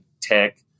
tech